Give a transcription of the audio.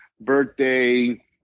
birthday